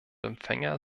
empfänger